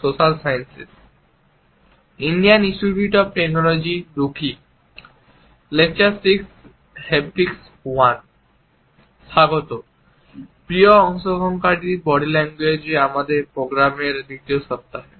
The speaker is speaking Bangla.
স্বাগত প্রিয় অংশগ্রহণকারীদের বডি ল্যাঙ্গুয়েজে আমাদের প্রোগ্রামের দ্বিতীয় সপ্তাহে